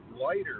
lighter